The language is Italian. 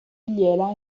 gliela